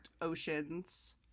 oceans